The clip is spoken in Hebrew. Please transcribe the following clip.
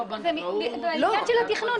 זה בעניין של התכנון.